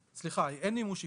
אין מימוש עיקול.